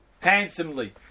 handsomely